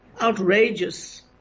Outrageous